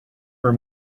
were